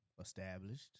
established